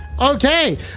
Okay